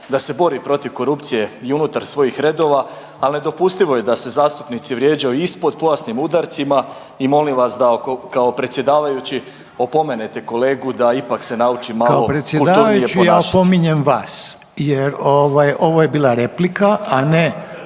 da se bori protiv korupcije i unutar svojih redova, al nedopustivo je da se zastupnici vrijeđaju ispod pojasnim udarcima i molim vas da kao predsjedavajući opomenete kolegu da ipak se nauči malo kulturnije ponašati.